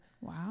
Wow